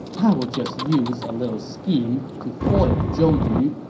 i will just use a little scheme to foil zhou yu,